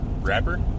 Rapper